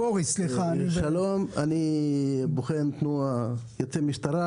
שלום, אני בוחן תנועה יוצא משטרה.